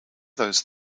those